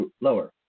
lower